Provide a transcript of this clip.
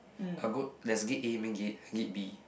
ah good there's gate A main gate and gate B